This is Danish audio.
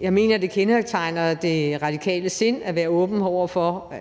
Jeg mener, at det kendetegner det radikale sind at være åben over for